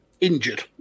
injured